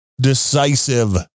decisive